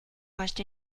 acheter